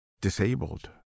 disabled